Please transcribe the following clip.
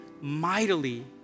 mightily